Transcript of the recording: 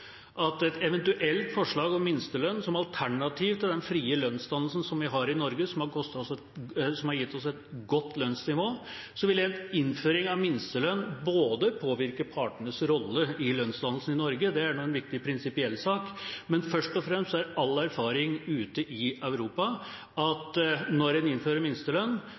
med et liberalistisk utgangspunkt kan komme med mange forslag som skader det seriøse arbeidslivet. Det er bred enighet om at minstelønn som alternativ til den frie lønnsdannelsen vi har i Norge, og som har gitt oss et godt lønnsnivå, vil påvirke partenes rolle i lønnsdannelsen i Norge – det er en viktig prinsipiell sak – men først og fremst er all erfaring ute i Europa at når en innfører minstelønn,